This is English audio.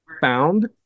Found